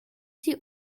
sie